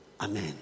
Amen